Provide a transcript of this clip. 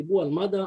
דיברו על מד"א,